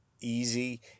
easy